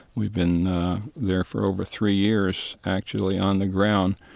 we've been there for over three years, actually on the ground,